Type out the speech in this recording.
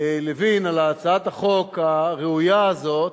לוין על הצעת החוק הראויה הזאת,